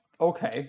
Okay